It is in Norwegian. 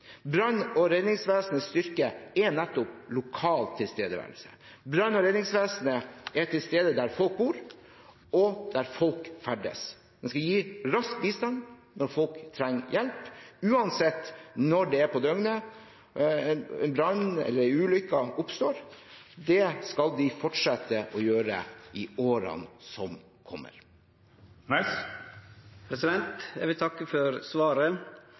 Brann- og redningsvesenets styrke er nettopp lokal tilstedeværelse. Brann- og redningsvesenet er til stede der folk bor, og der folk ferdes. De skal gi rask bistand når folk trenger hjelp, uansett når på døgnet en brann eller en ulykke oppstår. Det skal de fortsette å gjøre i årene som kommer. Eg vil takke for svaret.